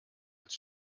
als